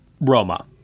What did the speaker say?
roma